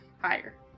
higher